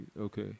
okay